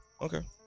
Okay